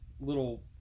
little